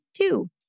two